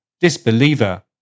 disbeliever